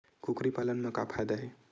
कुकरी पालन म का फ़ायदा हे?